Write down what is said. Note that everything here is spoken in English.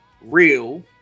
real